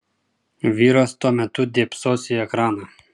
vyras tuo metu dėbsos į ekraną